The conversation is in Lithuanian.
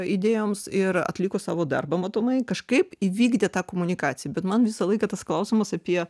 idėjoms ir atliko savo darbą matomai kažkaip įvykdė tą komunikaciją bet man visą laiką tas klausimas apie